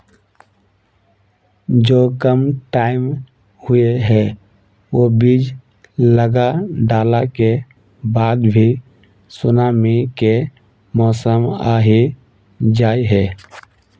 जो कम टाइम होये है वो बीज लगा डाला के बाद भी सुनामी के मौसम आ ही जाय है?